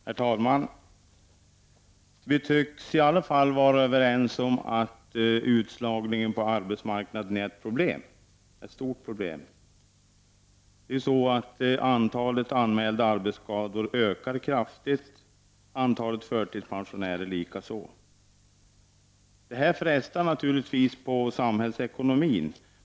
Herr talman! Vi tycks i alla fall vara överens om att utslagningen på arbetsmarknaden är ett stort problem. Antalet anmälda arbetsskador ökar kraftigt, antalet förtidspensionärer likaså. Det här frestar naturligtvis på samhällsekonomin.